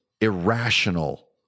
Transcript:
irrational